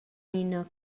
ina